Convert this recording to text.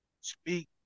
speak